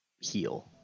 heal